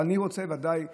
אבל אני רוצה ודאי להתייחס,